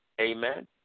Amen